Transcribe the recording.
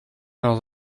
dans